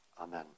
Amen